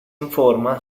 informa